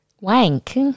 wank